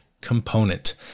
component